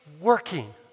working